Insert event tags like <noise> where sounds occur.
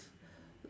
<breath>